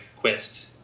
Quest